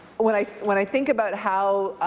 when i when i think about how,